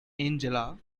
angela